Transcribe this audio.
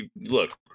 look